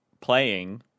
playing